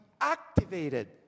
activated